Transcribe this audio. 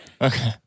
Okay